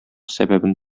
сәбәбен